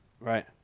Right